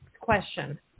question